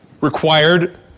required